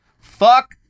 Fuck